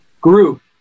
group